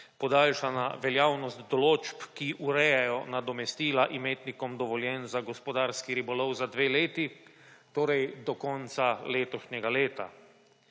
podaljšana veljavnost določb, ki urejajo nadomestila imetnikom dovoljenj za gospodarski ribolov, za dve leti, torej do konca letošnjega leta.